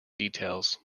details